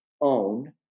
own